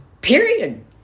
Period